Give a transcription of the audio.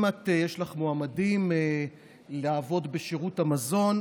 אם יש לך מועמדים לעבוד בשירות המזון,